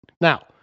Now